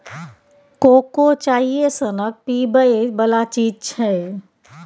cocoa चाइए सनक पीबै बला चीज छै